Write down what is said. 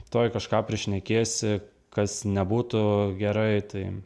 tuoj kažką prišnekėsi kas nebūtų gerai tai